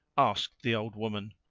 asked the old woman,